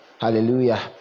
hallelujah